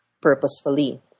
purposefully